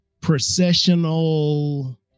processional